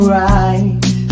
right